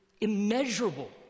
immeasurable